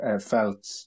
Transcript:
felt